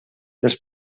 dels